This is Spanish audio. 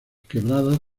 quebradas